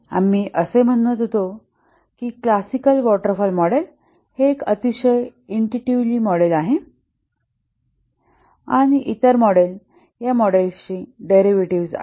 आम्ही असे म्हणत होतो की क्लासिकल वॉटर फॉल मॉडेल हे एक अतिशय इंटुटीव्हली मॉडेल आहे आणि इतर मॉडेल या मॉडेलची डेरीवेटीव्हज आहेत